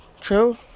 true